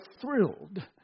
thrilled